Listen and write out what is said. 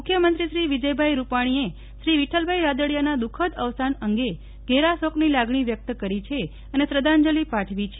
મુખ્યમંત્રી શ્રી વિજયભાઇ રૂપાણીએ શ્રી વિક્રલભાઇ રાદડીયાનો દુઃખદ અવસાન અંગે ઘેરો શોકની લાગણી વ્યક્ત કરી છે અને શ્રદ્ધાંજલી પાઠવી છે